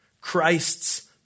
Christ's